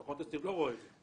הבודק לא רואה את זה.